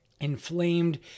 inflamed